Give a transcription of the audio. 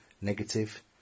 negative